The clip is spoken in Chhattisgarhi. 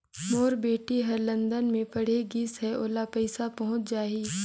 मोर बेटी हर लंदन मे पढ़े गिस हय, ओला पइसा पहुंच जाहि?